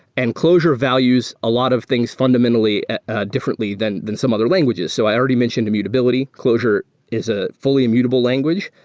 and clojure values a lot of things fundamentally ah differently than than some other languages. so i already mentioned immutability. clojure is ah fully immutable language.